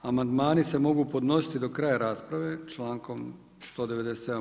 Amandmani se mogu podnositi do kraja rasprave člankom 197.